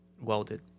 Welded